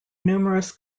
numerous